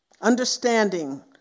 understanding